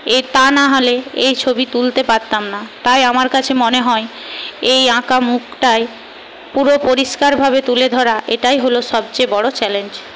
এ তা নাহলে এই ছবি তুলতে পারতাম না তাই আমার কাছে মনে হয় এই আঁকা মুখটাই পুরো পরিষ্কারভাবে তুলে ধরা এটাই হল সবচেয়ে বড় চ্যালেঞ্জ